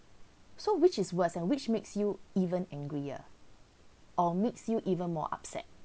so which is worse and which makes you even angrier or makes you even more upset